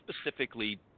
specifically